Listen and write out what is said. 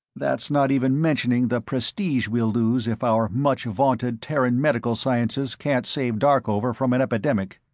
that's not even mentioning the prestige we'll lose if our much-vaunted terran medical sciences can't save darkover from an epidemic.